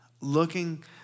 looking